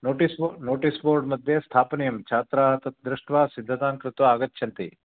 notice board notice board मध्ये स्थापनीयं छात्राः तद् दृष्ट्वा सिद्धतां कृत्वा आगच्छन्ति